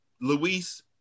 luis